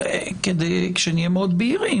שנהיה מאוד בהירים.